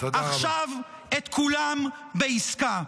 עכשיו את כולם בעסקה.